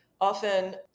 Often